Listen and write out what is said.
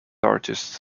artists